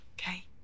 okay